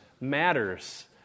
matters